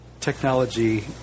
technology